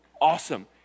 Awesome